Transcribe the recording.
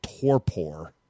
torpor